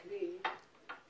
אני